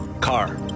Car